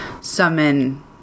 Summon